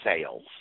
sales